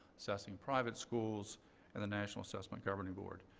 assessing private schools and the national assessment governing board.